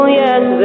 yes